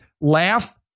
laugh